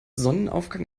sonnenaufgang